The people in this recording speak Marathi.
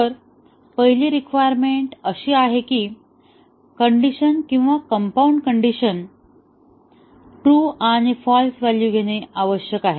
तर पहिली रिक्वायरमेंट अशी आहे की कण्डिशन किंवा कंपाऊंड कंडिशन ट्रू आणि फाल्स व्हॅल्यू घेणे आवश्यक आहे